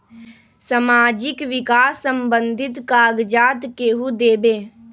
समाजीक विकास संबंधित कागज़ात केहु देबे?